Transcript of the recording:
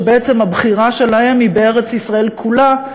שבעצם הבחירה שלהם היא בארץ-ישראל כולה,